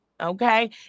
Okay